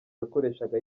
yakoreshaga